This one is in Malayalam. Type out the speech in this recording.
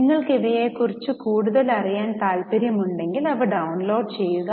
നിങ്ങൾക്ക് ഇവയെ കുറിച്ച കൂടുതൽ അറിയാൻ താല്പര്യം ഉണ്ടെങ്കിൽ അവ ഡൌൺലോഡ് ചെയ്യുക